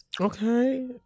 Okay